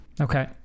Okay